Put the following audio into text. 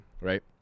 right